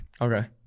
Okay